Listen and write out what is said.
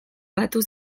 batu